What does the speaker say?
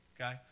Okay